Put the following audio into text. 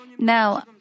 Now